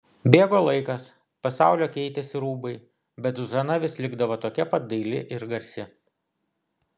bėgo laikas pasaulio keitėsi rūbai bet zuzana vis likdavo tokia pat daili ir garsi